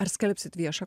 ar skelbsit viešą